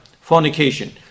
fornication